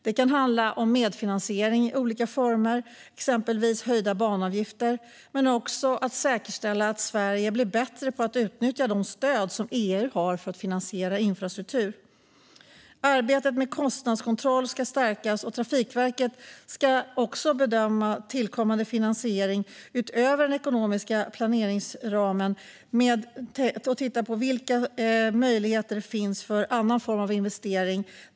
Det kan handla om medfinansiering i olika former, exempelvis höjda banavgifter, men också om att säkerställa att Sverige blir bättre på att utnyttja de stöd som EU har för att finansiera infrastruktur. Arbetet med kostnadskontroll ska stärkas. Trafikverket ska bedöma tillkommande finansiering utöver den ekonomiska planeringsramen och titta på vilka möjligheter det finns till andra former av investeringar.